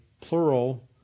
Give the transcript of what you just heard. plural